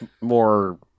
more